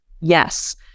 Yes